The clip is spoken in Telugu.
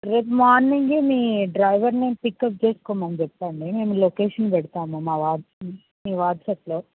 రేపు మార్నింగ్ మీ డ్రైవర్ని పికప్ చేసుకోమని చెప్పండి మేము లొకేషన్ పెడతాము మా వాట్ మీ వాట్స్అప్లో